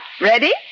Ready